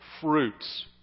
fruits